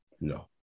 No